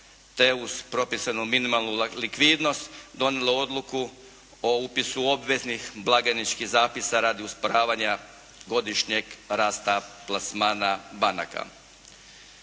te uz propisanu minimalnu likvidnost donijela odluku o upisu obveznih blagajničkih zapisa radi usporavanja godišnjeg rasta plasmana banaka.